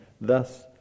thus